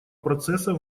процесса